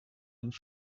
and